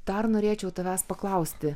dar norėčiau tavęs paklausti